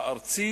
הארצי,